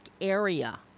area